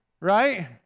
Right